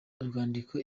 urwandiko